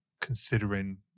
considering